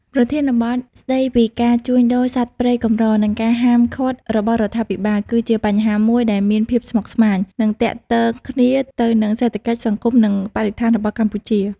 ប្រធានបទស្តីពីការជួញដូរសត្វព្រៃកម្រ និងការហាមឃាត់របស់រដ្ឋាភិបាល គឺជាបញ្ហាមួយដែលមានភាពស្មុគស្មាញ និងទាក់ទងគ្នាទៅនឹងសេដ្ឋកិច្ច សង្គម និងបរិស្ថានរបស់កម្ពុជា។